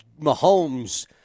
mahomes